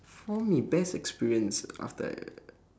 for me best experience after I